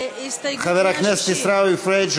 הסתייגות 160. חבר הכנסת עיסאווי פריג'